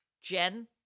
Jen